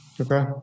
Okay